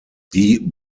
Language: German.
die